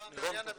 --- ומשרד הבריאות,